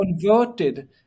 converted